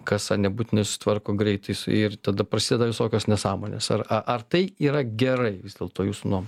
kasa nebūtinai susitvarko greitai ir tada prasideda visokios nesąmonės ar ar tai yra gerai vis dėlto jūsų nuomone